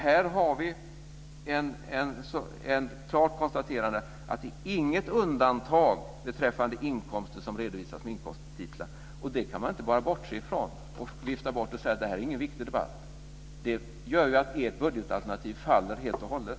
Här kan man göra ett klart konstaterande att det är inget undantag beträffande inkomster som redovisas med inkomsttitlar, och det kan man inte bara bortse ifrån. Man kan inte vifta bort det och säga att det inte är någon viktig debatt. Det gör ju att ert budgetalternativ faller helt och hållet.